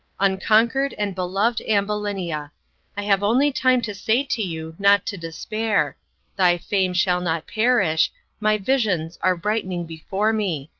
unconquered and beloved ambulinia i have only time to say to you, not to despair thy fame shall not perish my visions are brightening before me.